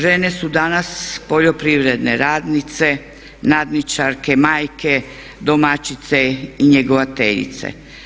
Žene su danas poljoprivredne radnice, nadničarke, majke, domaćice i njegovateljice.